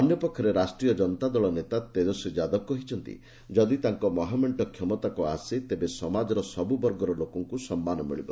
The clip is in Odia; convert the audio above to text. ଅନ୍ୟପକ୍ଷରେ ରାଷ୍ଟ୍ରୀୟ କନତା ଦଳ ନେତା ତେଜସ୍ୱୀ ଯାଦବ କହିଛନ୍ତି ଯଦି ତାଙ୍କ ମହାମେଣ୍ଟ କ୍ଷମତାକୁ ଆସେ ତେବେ ସମାଜର ସବୁ ବର୍ଗର ଲୋକଙ୍କୁ ସମ୍ମାନ ମିଳିବ